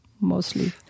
mostly